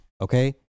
Okay